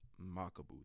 Makabu